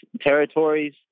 territories